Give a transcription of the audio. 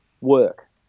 work